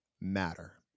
matter